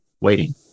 waiting